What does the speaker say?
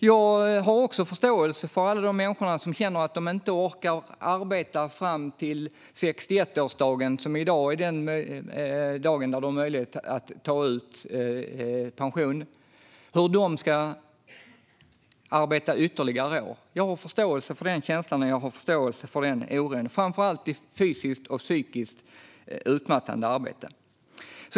Jag har också förståelse för alla de människor som känner att de inte orkar arbeta fram till 61-årsdagen, som i dag är den dag då de har möjlighet att ta ut pension. Jag har förståelse för känslan och oron de har när det gäller att de inte ska orka arbeta ytterligare år. Jag har förståelse för det, framför allt när det gäller fysiskt och psykiskt utmattande arbete.